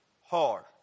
hard